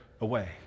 away